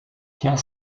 tient